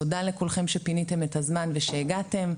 תודה לכולכם שפיניתם את הזמן והגעתם,